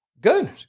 Good